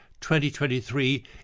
2023